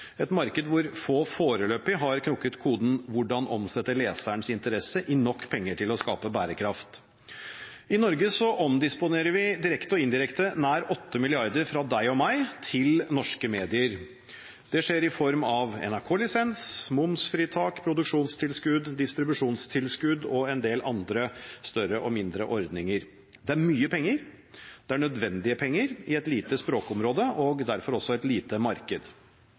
et marked hvor få foreløpig har knekket koden: hvordan omsette leserens interesse i nok penger til å skape bærekraft. I Norge omdisponerer vi direkte og indirekte nær 8 mrd. kr fra deg og meg til norske medier. Det skjer i form av NRK-lisens, momsfritak, produksjonstilskudd, distribusjonstilskudd og en del andre større og mindre ordninger. Det er mye penger, og det er nødvendige penger i et lite språkområde og derfor også et lite marked.